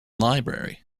library